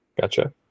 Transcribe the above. Gotcha